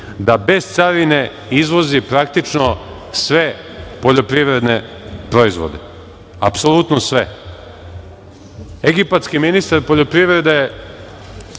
da bez carine izvozi praktično sve poljoprivredne proizvode. Egipatski ministar poljoprivrede